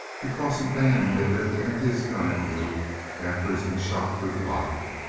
because a man may live to empty his gun at you after he's been shot through the body.